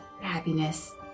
happiness